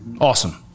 Awesome